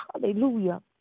hallelujah